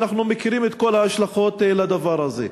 אנחנו מכירים את כל ההשלכות של הדבר הזה.